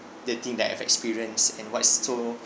the thing that I've experience and what is so